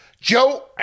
Joe